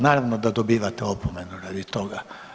Naravno da dobivate opomenu radi toga.